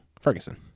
Ferguson